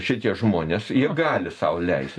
šitie žmonės gali sau leisti